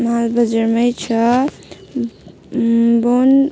मालबजारमै छ बोन